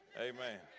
Amen